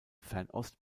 fernost